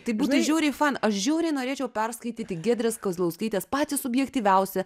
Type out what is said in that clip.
tai būtų žiauriai faina aš žiauriai norėčiau perskaityti giedrės kazlauskaitės patį subjektyviausią